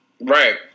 Right